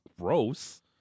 gross